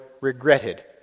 regretted